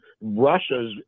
Russia's